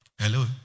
Hello